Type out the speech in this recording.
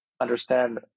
understand